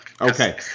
Okay